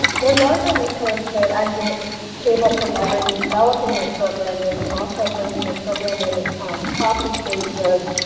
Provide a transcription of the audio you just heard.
one larger resource that i've been able to leverage in developing their programming and also bring my programming across the states of